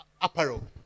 Apparel